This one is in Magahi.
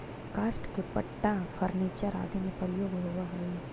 काष्ठ के पट्टा फर्नीचर आदि में प्रयोग होवऽ हई